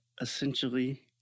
essentially